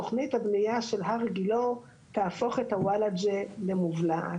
תוכנית הבנייה של הר גילה תהפוך את הוולאג'ה למובלעת.